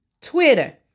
Twitter